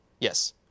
Yes